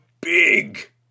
big